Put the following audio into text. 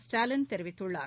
ஸ்டாலின் தெரிவித்துள்ளார்